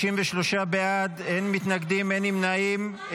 53 בעד, אין מתנגדים, אין נמנעים.